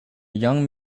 young